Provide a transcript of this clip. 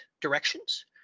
directions